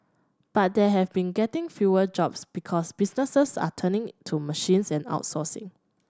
but they have been getting fewer jobs because businesses are turning to machines and outsourcing